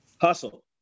Hustle